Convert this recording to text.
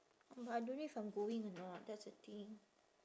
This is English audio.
but I don't know if I'm going or not that's the thing